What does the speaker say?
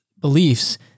beliefs